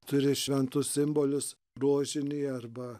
turi šventus simbolius rožinį arba